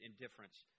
indifference